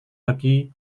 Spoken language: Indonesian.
bagi